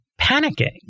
panicking